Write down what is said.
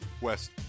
west